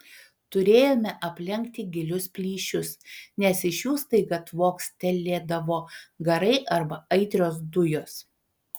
turėjome aplenkti gilius plyšius nes iš jų staiga tvokstelėdavo garai arba aitrios dujos